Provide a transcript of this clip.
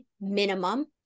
minimum